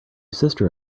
sister